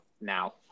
now